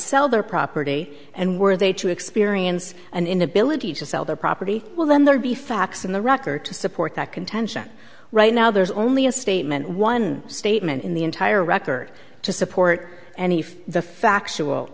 sell their property and were they to experience an inability to sell their property will then there be facts in the rocker to support that contention right now there's only a statement one statement in the entire record to support any for the factual